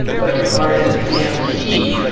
but it requires a damn key